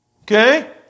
Okay